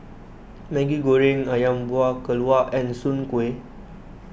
Maggi Goreng Ayam Buah Keluak and Soon Kuih